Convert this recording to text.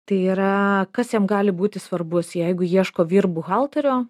tai yra kas jam gali būti svarbus jeigu ieško vyr buhalterio